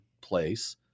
place